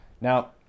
Now